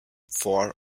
four